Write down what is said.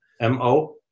M-O